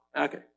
Okay